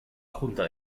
junta